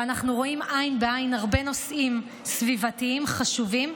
ואנחנו רואים עין בעין הרבה נושאים סביבתיים חשובים,